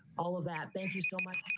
all of that. thank you so much.